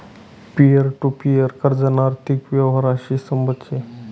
peer to peer कर्जना आर्थिक यवहारशी संबंध शे